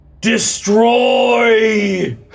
destroy